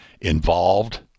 involved